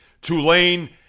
Tulane